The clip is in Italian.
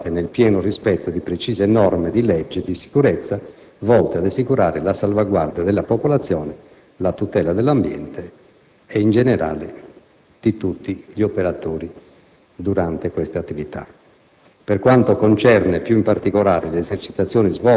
Le attività addestrative vengono, comunque, sempre effettuate nel pieno rispetto di precise norme di sicurezza volte ad assicurare la salvaguardia della popolazione, la tutela dell'ambiente e, in generale, di tutti gli operatori durante questa attività.